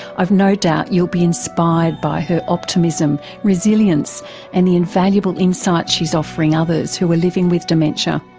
i've no doubt you'll be inspired by her optimism, resilience and the invaluable insights she's offering others who are living with dementia.